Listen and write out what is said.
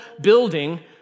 building